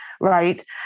right